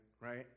right